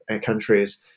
countries